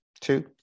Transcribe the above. two